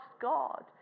God